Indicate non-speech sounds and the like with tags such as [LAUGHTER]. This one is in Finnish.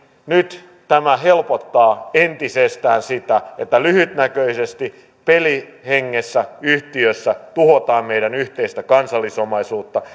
nyt tämä helpottaa entisestään sitä että lyhytnäköisesti pelihengessä yhtiössä tuhotaan meidän yhteistä kansallisomaisuutta [UNINTELLIGIBLE]